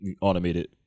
automated